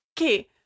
okay